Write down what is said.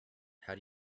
how